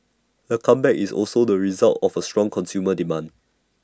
the comeback is also the result of strong consumer demand